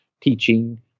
teaching